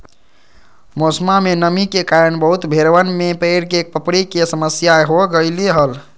मौसमा में नमी के कारण बहुत भेड़वन में पैर के पपड़ी के समस्या हो गईले हल